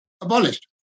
abolished